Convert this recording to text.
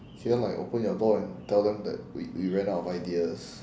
can you like open your door and tell them that we we ran out of ideas